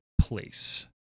place